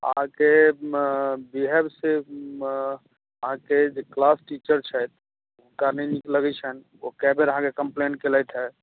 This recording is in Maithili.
अहाँके बिहेव से अहाँके जे किलास टीचर छथि हुनका नहि नीक लगै नि ओ कए बेर अहाँके कम्प्लेन्ट केलथि हइ